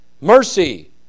mercy